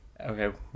okay